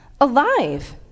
Alive